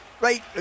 right